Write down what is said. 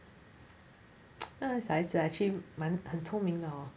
小孩子 actually 蛮聪明的 hor